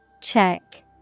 Check